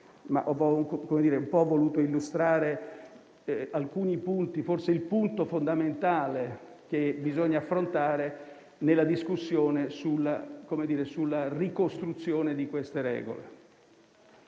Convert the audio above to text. ho voluto illustrare alcuni punti, forse il punto fondamentale, che bisogna affrontare nella discussione sulla ricostruzione di queste regole.